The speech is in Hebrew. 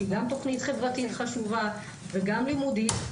שהיא גם תכנית חברתית חשובה וגם לימודית,